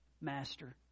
Master